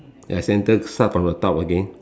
ya centre start from the top again